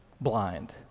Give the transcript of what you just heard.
blind